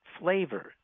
flavor